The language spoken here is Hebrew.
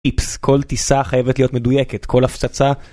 כל טיסה חייבת להיות מדויקת כל הפצצה.